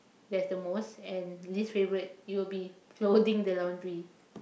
that's the most and least favourite it will be folding the laundry